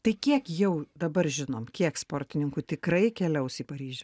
tai kiek jau dabar žinom kiek sportininkų tikrai keliaus į paryžių